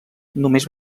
només